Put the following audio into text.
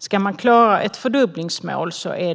Ska man klara ett fördubblingsmål behöver